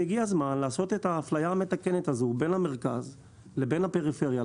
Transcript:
הגיע הזמן לעשות את האפליה מהתקנת הזאת בין המרכז לבין הפריפריה,